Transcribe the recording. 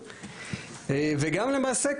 וגם למעשה,